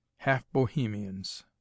Half-Bohemians